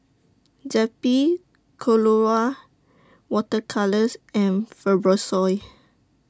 Zappy Colora Water Colours and Fibrosol